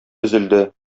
өзелде